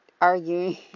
Arguing